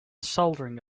soldering